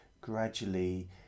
gradually